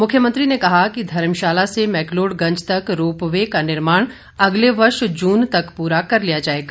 मुख्यमंत्री ने कहा कि धर्मशाला से मैकलोडगंज तक रोपये का निर्माण अगले वर्ष जून तक पूरा कर लिया जाएगा